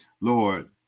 lord